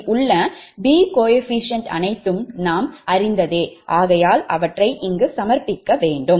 இதில் உள்ள B குணகம் அனைத்தும் நாம் அறிந்ததே ஆகையால் அவற்றை இங்கு சமர்ப்பிக்க வேண்டும்